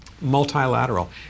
multilateral